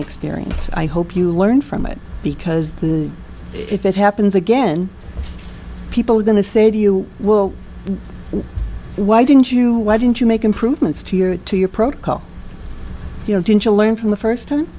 experience i hope you learn from it because if it happens again people are going to say to you well why didn't you why didn't you make improvements to your it to your protocol you know didn't you learn from the first time